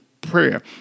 prayer